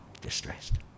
distressed